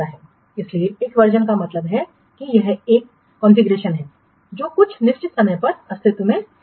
इसलिए एक वर्जनका मतलब है कि यह एक कॉन्फ़िगरेशन है जो कुछ निश्चित समय पर अस्तित्व में है